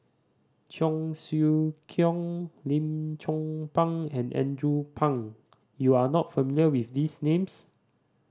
Cheong Siew Keong Lim Chong Pang and Andrew Phang you are not familiar with these names